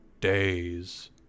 days